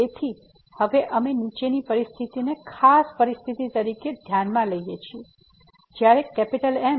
તેથી હવે અમે નીચેની પરિસ્થિતિને ખાસ પરિસ્થિતિ તરીકે ધ્યાનમાં લઈએ છીએ જ્યારે Mm છે